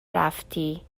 رفتی